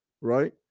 Right